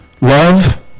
Love